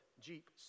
Jeep